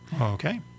Okay